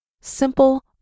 simple